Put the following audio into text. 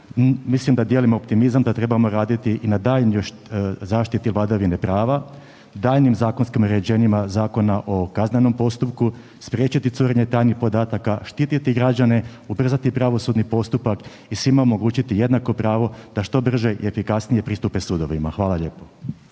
mislim da dijelim optimizam da trebamo raditi i na daljnjoj zaštiti vladavine prava, daljnjim zakonskim uređenjima Zakona o kaznenom postupku, spriječiti curenje tajnih podataka, štititi građane, ubrzati pravosudni postupak i svima omogućiti jednako pravo da što brže i efikasnije pristupe sudovima. Hvala lijepo.